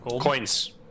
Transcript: coins